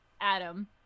Adam